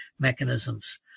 Mechanisms